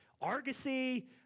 Argosy